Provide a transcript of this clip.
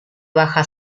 baja